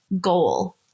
goal